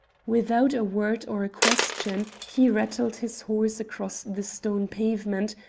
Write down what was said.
without a word or a question, he rattled his horse across the stone pavement,